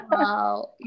wow